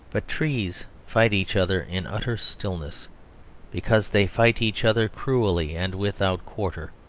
but trees fight each other in utter stillness because they fight each other cruelly and without quarter.